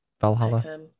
valhalla